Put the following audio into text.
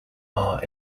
are